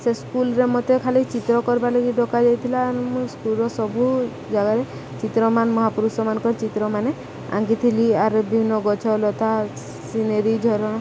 ସେ ସ୍କୁଲରେ ମତେ ଖାଲି ଚିତ୍ର କର୍ବାର୍ ଲାଗି ଡକାଯାଇଥିଲା ମୁଁ ସ୍କୁଲର ସବୁ ଜାଗାରେ ଚିତ୍ର ମାନ ମହାପୁରୁଷ ମାନଙ୍କର ଚିତ୍ରମାନେ ଆଙ୍କିଥିଲି ଆର ବିଭିନ୍ନ ଗଛଲତା ସିନେରୀ ଝର